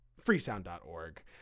freesound.org